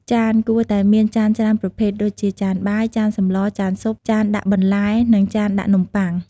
ចាន គួរតែមានចានច្រើនប្រភេទដូចជា ចានបាយ ចានសម្ល ចានស៊ុប ចានដាក់បន្លែ និងចានដាក់នំប៉័ង។